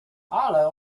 ale